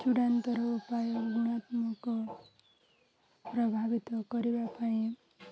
ଚୁଡ଼ାନ୍ତର ଉପାୟ ଗୁଣାତ୍ମକ ପ୍ରଭାବିତ କରିବା ପାଇଁ